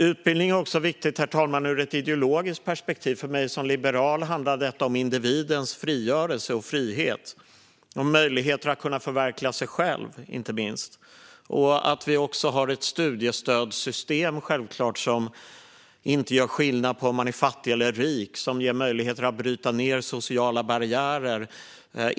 Utbildning är också viktigt ur ett ideologiskt perspektiv. För mig som liberal handlar det om individens frigörelse och frihet och inte minst om möjligheter att förverkliga sig själv. Vi har självklart också ett studiestödssystem som inte gör skillnad på om man är fattig eller rik och som ger möjligheter att bryta ned sociala barriärer.